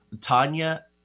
Tanya